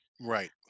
Right